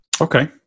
okay